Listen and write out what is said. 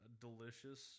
delicious